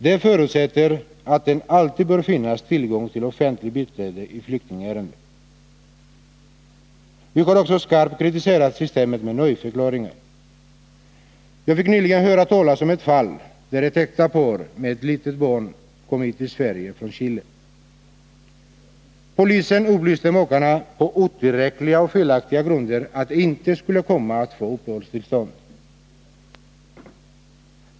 Det förutsätter att det alltid bör finnas tillgång till offentligt biträde i flyktingärenden. 139 Vi har också skarpt kritiserat systemet med nöjdförklaringar. Jag fick nyligen höra talas om ett fall, där ett äkta par med ett litet barn kom hit till Sverige från Chile. Polisen upplyste makarna på otillräckliga och felaktiga grunder att de inte skulle komma att få uppehållstillstånd.